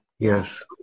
Yes